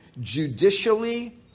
judicially